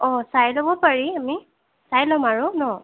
অঁ চাই ল'ব পাৰি আমি চাই ল'ম আৰু ন